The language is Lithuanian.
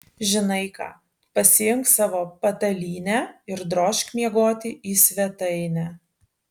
žinai ką pasiimk savo patalynę ir drožk miegoti į svetainę